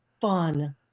fun